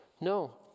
No